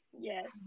yes